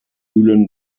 mühlen